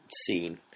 scene